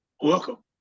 welcome